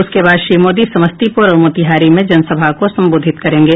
उसके बाद श्री मोदी समस्तीपुर और मोतिहारी में जनसभा को संबोधित करेंगे